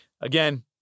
again